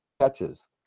catches